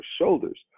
shoulders